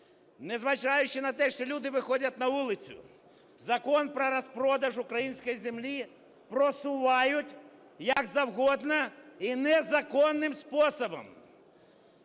незважаючи на те, що люди виходять на вулицю, закон про розпродаж української землі просувають як завгодно і незаконним способом.